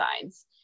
signs